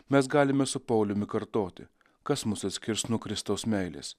mes galime su pauliumi kartoti kas mus atskirs nuo kristaus meilės